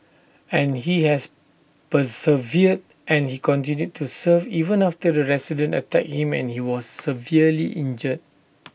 and he has persevered and he continued to serve even after the resident attacked him and he was severely injured